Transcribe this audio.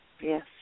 Yes